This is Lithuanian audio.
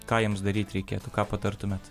ką jiems daryti reikėtų ką patartumėt